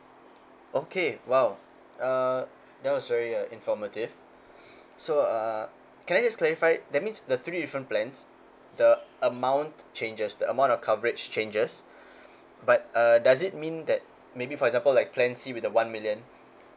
okay !wow! uh that was very uh informative so uh can I just clarify that means the three different plans the amount changes the amount of coverage changes but uh does it mean that maybe for example like plan C with the one million